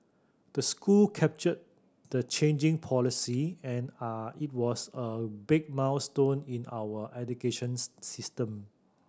the school captured the changing policy and are it was a big milestone in our educations system